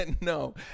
No